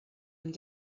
and